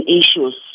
issues